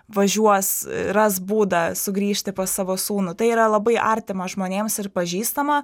važiuos ras būdą sugrįžti pas savo sūnų tai yra labai artima žmonėms ir pažįstama